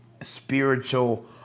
spiritual